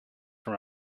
from